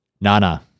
Nana